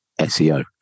SEO